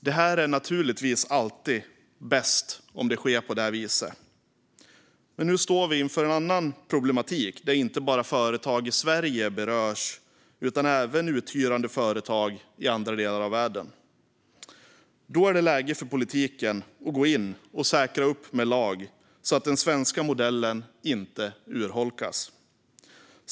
Det är naturligtvis alltid bäst om det sker på det viset, men nu står vi inför en annan problematik där inte bara företag i Sverige berörs utan även uthyrande företag i andra delar av världen. Då är det läge för politiken att gå in och säkra upp med lag så att den svenska modellen inte urholkas.